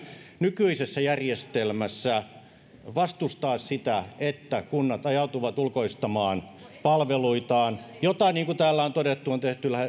nykyisessä järjestelmässä vastustaa sitä että kunnat ajautuvat ulkoistamaan palveluitaan mitä niin kuin täällä on todettu on tehty